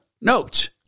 Note